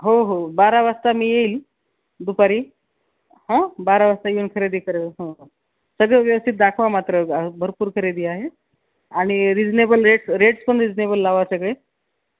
हो हो बारा वाजता मी येईल दुपारी हां बारा वाजता येऊन खरेदी करेल हो हो सगळं व्यवस्थित दाखवा मात्र हां भरपूर खरेदी आहे आणि रिजनेबल रेट् रेट्स पण रिजनेबल लावा सगळे